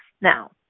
Now